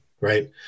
right